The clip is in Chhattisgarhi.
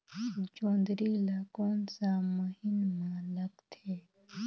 जोंदरी ला कोन सा महीन मां लगथे?